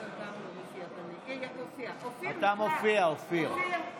אתה מופיע, אופיר.